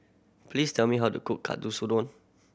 please tell me how to cook